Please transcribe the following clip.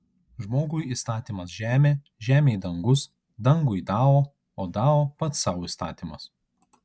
žmogui įstatymas žemė žemei dangus dangui dao o dao pats sau įstatymas